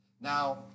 Now